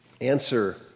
answer